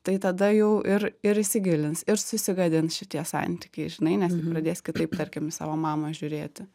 tai tada jau ir ir įsigilins ir susigadins šitie santykiai žinai nes pradės kitaip tarkim į savo mamą žiūrėti